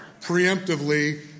preemptively